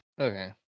Okay